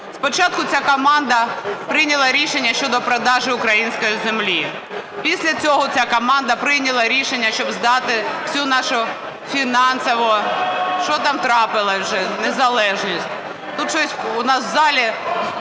Спочатку ця команда прийняла рішення щодо продажу української землі, після цього ця команда прийняла рішення, щоб здати всю нашу фінансову… Що там трапилося вже? Незалежність. Тут щось у нас в залі